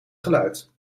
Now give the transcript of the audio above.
geluid